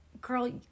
Girl